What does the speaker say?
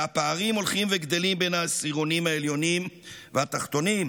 והפערים הולכים וגדלים בין העשירונים העליונים והתחתונים.